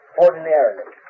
ordinarily